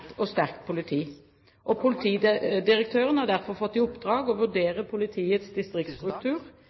og sterkt politi. Politidirektøren har derfor fått i oppdrag å vurdere politiets distriktsstruktur,